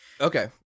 okay